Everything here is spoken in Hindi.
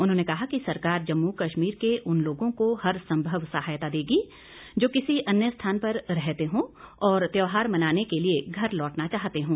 उन्होंने कहा कि सरकार जम्मू कश्मीर के उन लोगों को हर संमव सहायता देगी जो किसी अन्य स्थान पर रहते हों और त्यौहार मनाने के लिए घर लौटना चाहते हों